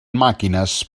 màquines